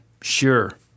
Sure